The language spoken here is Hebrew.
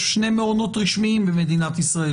שני מעונות רשמיים היום במדינת ישראל